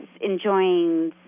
enjoying